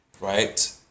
right